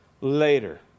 later